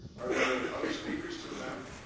are there other speakers to the matter.